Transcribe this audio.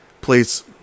Please